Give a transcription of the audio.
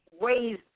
ways